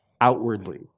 outwardly